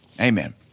Amen